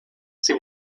sie